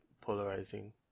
polarizing